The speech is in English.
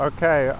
Okay